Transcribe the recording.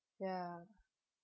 ya